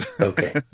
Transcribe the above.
Okay